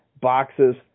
boxes